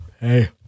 hey